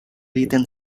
written